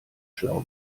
schlau